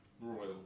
royal